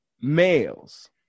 males